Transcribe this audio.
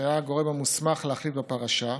שהיה הגורם המוסמך להחליט בפרשה,